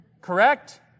Correct